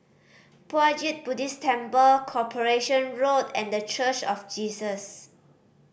Puat Jit Buddhist Temple Corporation Road and The Church of Jesus